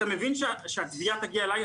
אתה מבין שהתביעה תגיע אלי,